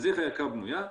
איך הערכה בנויה?